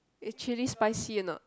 eh chill spicy or not